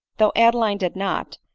though adeline did not,